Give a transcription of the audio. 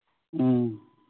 ꯎꯝ